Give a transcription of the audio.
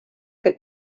que